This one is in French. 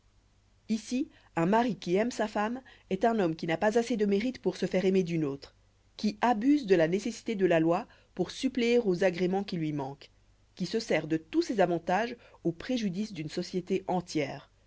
ici un mari qui aime sa femme est un homme qui n'a pas assez de mérite pour se faire aimer d'une autre qui abuse de la nécessité de la loi pour suppléer aux agréments qui lui manquent qui se sert de tous ses avantages au préjudice d'une société entière